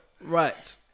Right